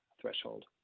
threshold